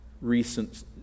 recent